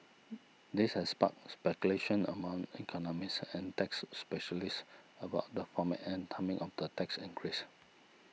this has sparked speculation among economists and tax specialists about the format and timing of the tax increase